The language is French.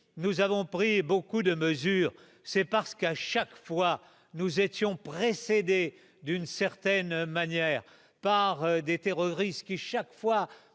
nous avons pris beaucoup de mesures, c'est parce qu'à chaque fois, nous étions précédé d'une certaine manière, par des terroristes qui chaque fois